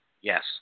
Yes